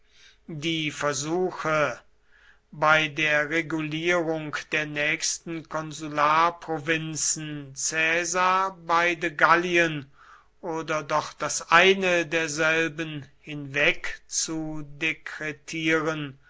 die versuche bei der regulierung der nächsten konsularprovinzen caesar beide gallien oder doch das eine derselben